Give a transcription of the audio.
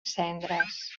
cendres